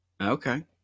okay